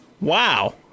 wow